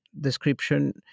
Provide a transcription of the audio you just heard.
description